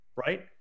right